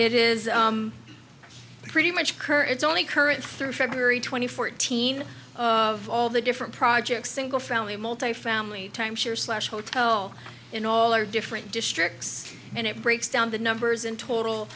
but it is pretty much current only current through february twenty four teen of all the different projects single family multifamily timeshare slash hotel in all or different districts and it breaks down the numbers in total